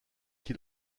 qui